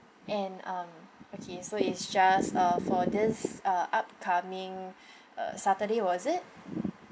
and um okay so it's just uh for this uh upcoming uh saturday was it